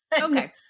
Okay